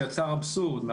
שיצר אבסורד,